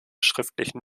schriftlichen